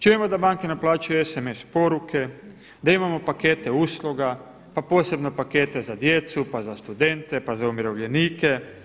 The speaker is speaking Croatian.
Čujemo da banke naplaćuju sms poruke, da imamo pakete usluga, pa posebno pakete za djecu, pa za studente, pa za umirovljenike.